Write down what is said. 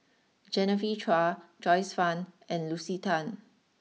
Genevieve Chua Joyce Fan and Lucy Tan